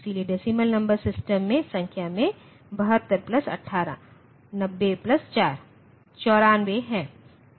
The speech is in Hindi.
इसलिए डेसीमल नंबर सिस्टम संख्या में 72 प्लस 18 90 प्लस 4 94 है